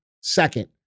second